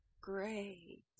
Great